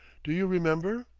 do you remember?